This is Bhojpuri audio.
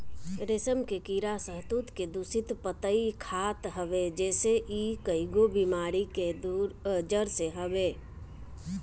रेशम के कीड़ा शहतूत के दूषित पतइ खात हवे जेसे इ कईगो बेमारी के जड़ हवे